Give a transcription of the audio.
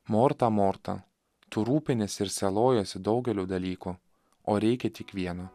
morta morta tu rūpiniesi ir sielojiesi daugelio dalykų o reikia tik vieno